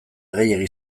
gehiegi